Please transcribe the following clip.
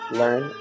learn